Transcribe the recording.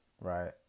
right